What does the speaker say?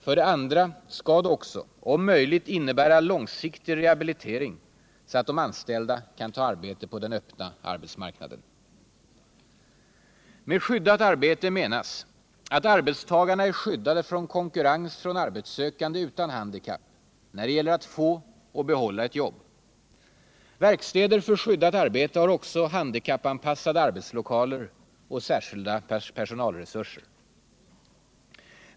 För det andra skall det också om möjligt innebära långsiktig rehabilitering, så att de anställda kan ta arbete på den öppna arbetsmarknaden. Med skyddat arbete menas att arbetstagarna är skyddade från konkurrens från arbetssökande utan handikapp när det gäller att få och behålla ett jobb. Verkstäder för skyddat arbete har också handikappanpassade arbetslokaler och särskilda personalresurser.